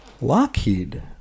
Lockheed